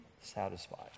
satisfied